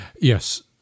yes